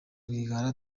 rwigara